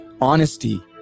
Honesty